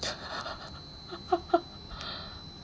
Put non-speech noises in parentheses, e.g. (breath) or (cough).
(breath) (laughs) (breath)